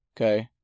Okay